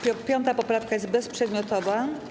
5. poprawka jest bezprzedmiotowa.